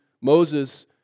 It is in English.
Moses